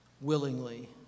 willingly